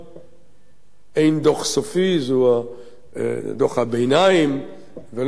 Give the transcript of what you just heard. אין דוח סופי, זהו דוח הביניים ולא הוגש דוח סופי,